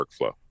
workflow